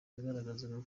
yagaragazaga